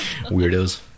Weirdos